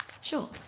Sure